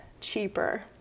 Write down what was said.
cheaper